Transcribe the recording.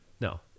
No